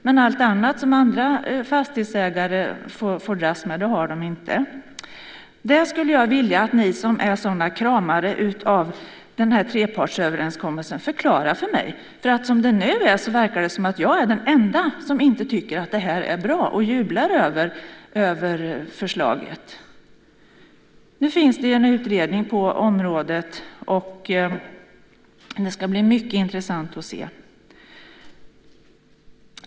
Men allt annat, det som alla andra fastighetsägare får dras med, har de inte. Det skulle jag vilja att ni som är sådana kramare av den här trepartsöverenskommelsen förklarar för mig. Som det nu är verkar det som att jag är den enda som inte tycker att det här är bra och som jublar över förslaget. Nu finns det en utredning på området, och det ska bli mycket intressant att se.